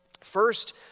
First